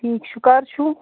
ٹھیٖک چھُ کَر چھُو